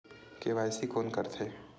KYC कोन करथे?